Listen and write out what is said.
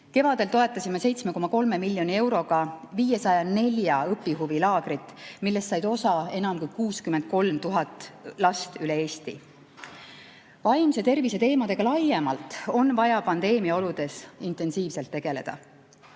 Kevadel toetasime 7,3 miljoni euroga 504 õpihuvi laagrit, millest sai osa enam kui 63 000 last üle Eesti. Vaimse tervise teemadega laiemalt on vaja pandeemia oludes intensiivselt tegeleda.